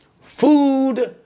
food